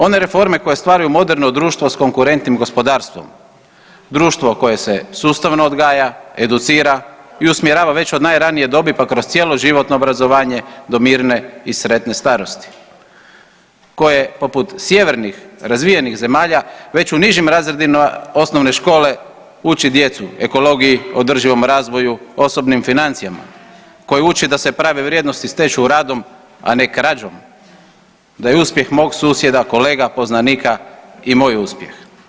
One reforme koje stvaraju moderno društvo s konkurentnim gospodarstvom, društvo koje se sustavno odgaja, educira i usmjerava već od najranije dobi pa kroz cjeloživotno obrazovanje do mirne i sretne starosti koje poput sjevernih razvijenih zemalja već u nižim razredima osnovne škole uči djecu ekologiji, održivom razvoju, osobnim financijama, koje uči da se prave vrijednosti stječu radom, a ne krađom, da je uspjeh mog susjeda, kolega, poznanika i moj uspjeh.